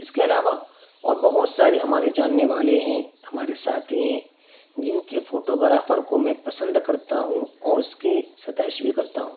اس کے علاوہ اور بہت سارے ہمارے جاننے والے ہیں ہمارے ساتھی ہیں جن کے فوٹوگرافر کو میں پسند کرتا ہوں اور اس کی ستائش بھی کرتا ہوں